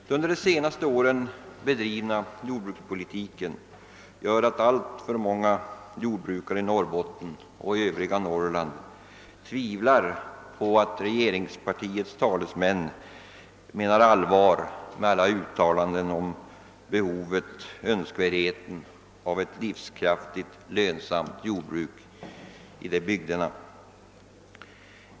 Den under de senaste åren bedrivna jordbrukspolitiken gör att alltför många jordbrukare i Norrbotten och övriga Norrland tvivlar på att regeringspartiets talesmän menar allvar med alla uttalanden om behovet och önskvärdheten av ett livskraftigt, lönsamt jordbruk i dessa bygder.